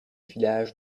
villages